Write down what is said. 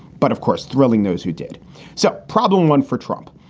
but of course, thrilling those who did so probably win one for trump,